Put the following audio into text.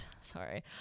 Sorry